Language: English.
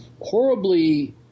horribly